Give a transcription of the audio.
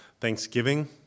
Thanksgiving